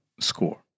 score